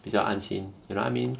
比较安心 you know what I mean